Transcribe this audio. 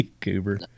Cooper